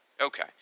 Okay